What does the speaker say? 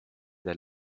der